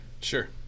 Sure